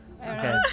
Okay